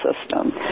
system